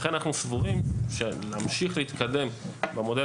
לכן אנחנו סבורים שלהמשיך להתקדם במודל